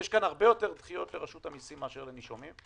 יש פה הרבה יותר דחיות של רשות המיסים מאשר לנישומים,